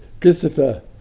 Christopher